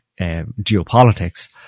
geopolitics